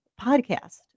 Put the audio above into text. podcast